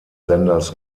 senders